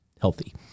healthy